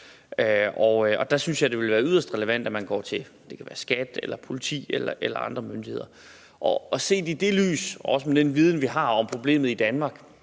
og der synes jeg at det vil være yderst relevant, at man f.eks. går til SKAT, til politiet eller andre myndigheder. Set i det lys og med den viden, vi også har om problemet i Danmark,